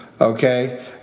Okay